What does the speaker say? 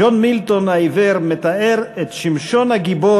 ג'ון מילטון העיוור מתאר את שמשון הגיבור